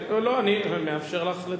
לא, אני מאפשר לך לדבר.